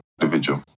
individual